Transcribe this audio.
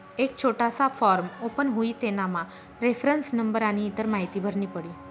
एक छोटासा form open हुई तेनामा रेफरन्स नंबर आनी इतर माहीती भरनी पडी